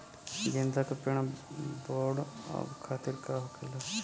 गेंदा का पेड़ बढ़अब खातिर का होखेला?